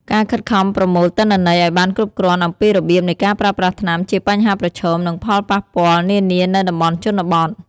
ការខិតខំប្រមូលទិន្នន័យឱ្យបានគ្រប់គ្រាន់អំពីរបៀបនៃការប្រើប្រាស់ថ្នាំ ជាបញ្ហាប្រឈម និងផលប៉ះពាល់នានានៅតំបន់ជនបទ។